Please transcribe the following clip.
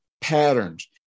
patterns